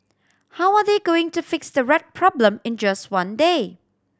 how are they going to fix the rat problem in just one day